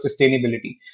sustainability